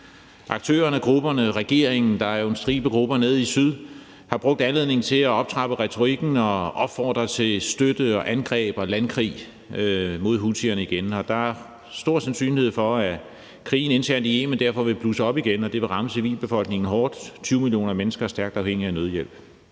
Aktørerne og regeringen – der er jo en stribe grupper nede i syd – har brugt anledningen til at optrappe retorikken og opfordre til støtte, angreb og landkrig mod houthierne igen. Der er stor sandsynlighed for, at krigen internt i Yemen derfor vil blusse op igen, og det vil ramme civilbefolkningen hårdt. 20 millioner mennesker er stærkt afhængige af nødhjælp.